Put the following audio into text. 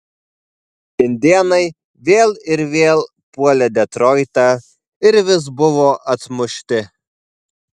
indėnai vėl ir vėl puolė detroitą ir vis buvo atmušti